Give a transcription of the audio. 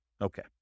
Okay